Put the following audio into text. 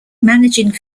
managing